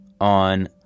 on